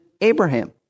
Abraham